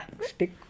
Stick